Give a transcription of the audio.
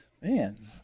Man